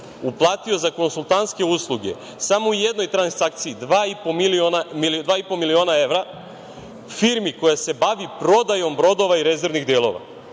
uplatio za konsultantske usluge samo u jednoj transakciji 2,5 miliona evra firmi koja se bavi prodajom brodova i rezervnih delova,